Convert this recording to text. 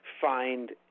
find